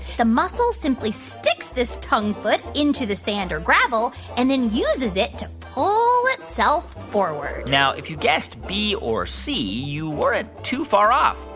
the mussel simply sticks this tongue-foot into the sand or gravel and then uses it to pull itself forward now, if you guessed b or c, you weren't too far off.